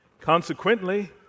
Consequently